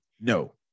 No